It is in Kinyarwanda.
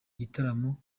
gitaramo